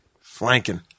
Flanking